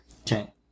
Okay